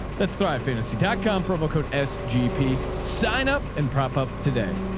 that's thrive. fantasy com, promo code s gp sign up and prop up today.